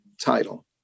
title